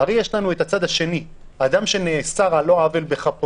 הרי יש לנו את הצד השני אדם שנאסר על לא עוול בכפו,